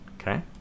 Okay